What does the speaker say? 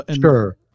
Sure